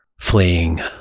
fleeing